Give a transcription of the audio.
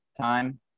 time